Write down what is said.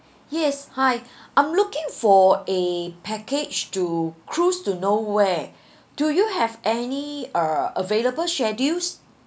yes hi I'm looking for a package to cruise to norway do you have any uh available schedules